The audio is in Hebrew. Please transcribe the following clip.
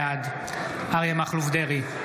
בעד אריה מכלוף דרעי,